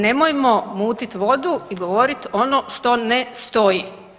Nemojmo mutit vodu i govorit ono što ne stoji.